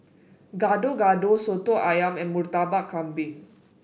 Gado Gado Soto ayam and Murtabak Kambing